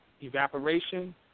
evaporation